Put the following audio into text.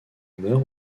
meurt